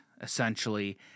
essentially